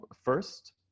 first